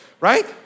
right